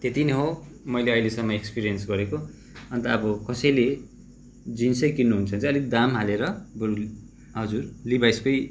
त्यति नै हो मैले अहिलेसम्म एक्सपिरियन्स गरेको अन्त अब कसैले जिन्सै किन्नु हुन्छ भने चाहिँ अलिक दाम हालेर बरू हजुर लिभाइसकै